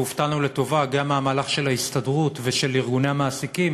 והופתענו לטובה גם מהמהלך של ההסתדרות ושל ארגוני המעסיקים,